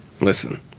Listen